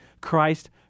Christ